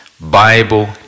Bible